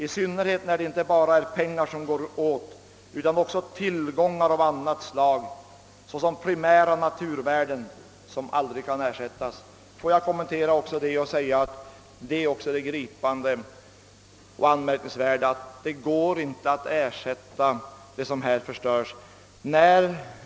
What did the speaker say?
I synnerhet när det inte bara är pengar som går åt utan också tillgångar av annat slag, såsom primära naturvärden, som aldrig kan ersättas.» Får jag kommentera också detta och säga, att det gripande och anmärkningsvärda är att det inte går att ersätta vad som här förstörs.